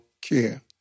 care